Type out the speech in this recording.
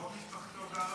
רוב משפחתו גרה במיאמי.